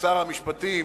שר המשפטים,